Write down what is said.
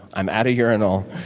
i'm at a urinal,